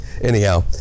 anyhow